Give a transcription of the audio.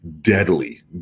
deadly